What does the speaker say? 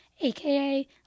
aka